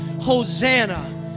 Hosanna